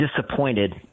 disappointed